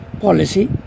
policy